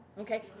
Okay